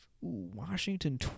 Washington